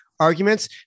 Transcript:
arguments